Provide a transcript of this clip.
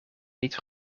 niet